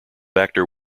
actor